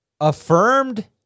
affirmed